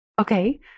Okay